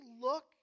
look